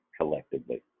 collectively